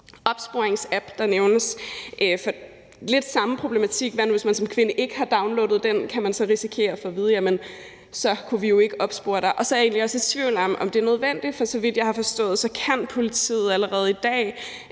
opsporingsapp, der nævnes. Det er lidt den samme problematik. Hvad nu, hvis man som kvinde ikke har downloadet den, kan man så risikere at få at vide, at jamen så kunne vi jo ikke opspore dig? Og så er jeg egentlig også i tvivl om, om det er nødvendigt, for så vidt jeg har forstået det, kan politiet allerede i dag